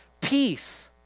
peace